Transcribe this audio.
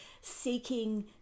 seeking